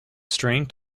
string